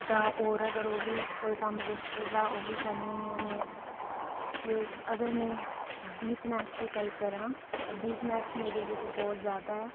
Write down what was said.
ता होर अगर ओह् बी कोई कम्म दसदे ता ओह् बी करनी हुन्नी आं ते अगर में वीकनेस दी गल्ल करां ता वीकनेस मेरे बिच्च बहुत ज्यादा ऐ